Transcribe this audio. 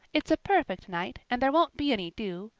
it's a perfect night, and there won't be any dew.